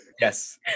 Yes